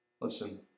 Listen